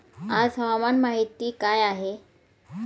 आज हवामान माहिती काय आहे?